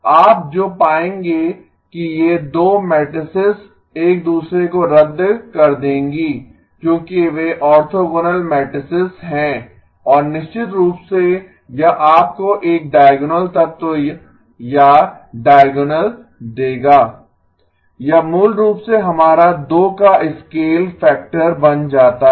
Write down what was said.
आप जो पाएंगे कि ये 2 मैट्रिसेस एक दूसरे को रद्द कर देंगीं क्योंकि वे ऑर्थोगोनल मैट्रिसेस हैं और निश्चित रूप से यह आपको एक डायगोनल तत्व या डायगोनल देगा यह मूल रूप से हमारा 2 का स्केल फैक्टर बन जाता है